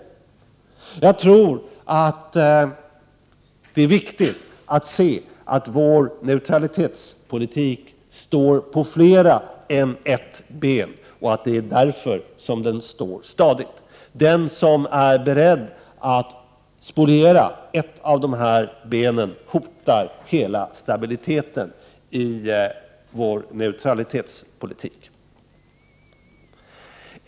Jag tror att det är viktigt att se att vår neutralitetspolitik står på flera än ett ben och att det är därför som den står stadigt. Den som är beredd att spoliera ett av de här benen hotar hela stabiliteten i vår neutralitetspolitik.